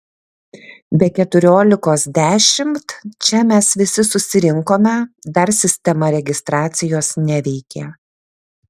be keturiolikos dešimt čia mes visi susirinkome dar sistema registracijos neveikė